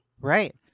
Right